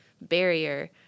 barrier